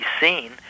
seen